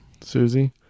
Susie